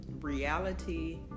reality